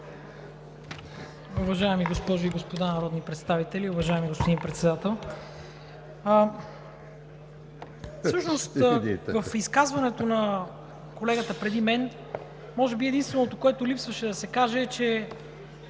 Всъщност в изказването на колегата преди мен, може би единственото, което липсваше да се каже, е, че